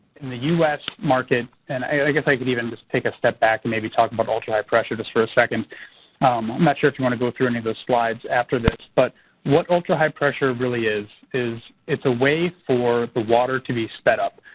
in the u s. market and i guess i could even just take a step back and maybe talk about ultra-high pressure just for a second. i'm not sure if you want to go through any of those slides after this. this. but what ultra-high pressure really is, is it's a way for the water to be sped up.